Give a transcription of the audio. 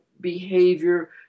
behavior